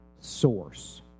source